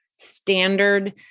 Standard